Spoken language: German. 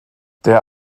der